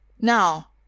Now